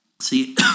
See